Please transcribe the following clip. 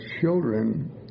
children